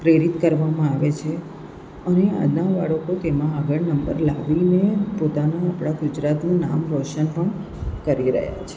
પ્રેરિત કરવામાં આવે છે અને આજના બાળકો તેમાં આગળ નંબર લાવીને પોતાનું આપણા ગુજરાતનું નામ રોશન પણ કરી રહ્યાં છે